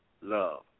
love